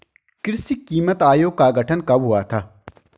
कृषि कीमत आयोग का गठन कब हुआ था?